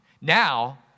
Now